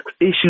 issue